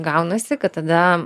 gaunasi kad tada